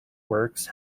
works